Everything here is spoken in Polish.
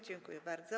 Dziękuję bardzo.